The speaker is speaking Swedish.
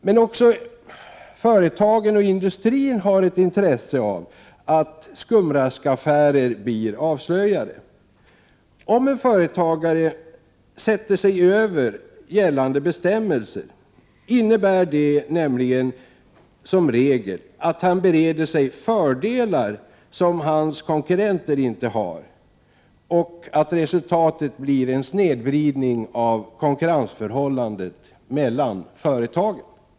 Men också företagen och industrin har ett intresse av att skumraskaffärer blir avslöjade. Om en företagare sätter sig över gällande bestämmelser, innebär nämligen det som regel att han bereder sig fördelar som hans konkurrenter inte har, och resultatet blir en snedvridning av konkurrensförhållandet mellan företagen.